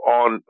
on